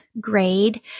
grade